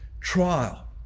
trial